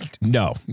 No